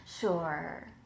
Sure